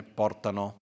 portano